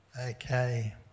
Okay